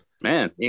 man